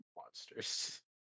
monsters